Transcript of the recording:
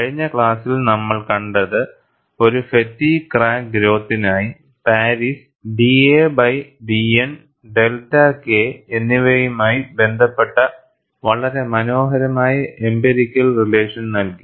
കഴിഞ്ഞ ക്ലാസ്സിൽ നമ്മൾ കണ്ടത് ഒരു ഫാറ്റിഗ്ഗ് ക്രാക്ക് ഗ്രോത്തിനായി Paris da by dN delta K എന്നിവയുമായി ബന്ധപ്പെട്ട വളരെ മനോഹരമായ എംപിരിക്കൽ റിലേഷൻ നൽകി